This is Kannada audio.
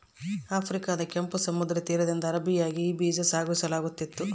ಆಫ್ರಿಕಾದ ಕೆಂಪು ಸಮುದ್ರ ತೀರದಿಂದ ಅರೇಬಿಯಾಗೆ ಈ ಬೀಜ ಸಾಗಿಸಲಾಗುತ್ತಿತ್ತು